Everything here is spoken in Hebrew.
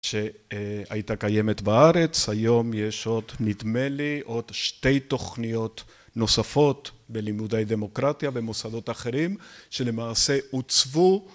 שהייתה קיימת בארץ, היום יש עוד נדמה לי עוד שתי תוכניות נוספות בלימודי דמוקרטיה ומוסדות אחרים שלמעשה עוצבו